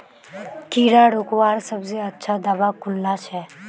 कीड़ा रोकवार सबसे अच्छा दाबा कुनला छे?